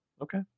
Okay